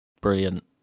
Brilliant